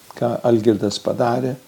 ką algirdas padarė